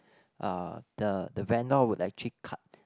uh the the vendor would actually cut